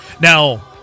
Now